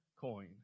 coin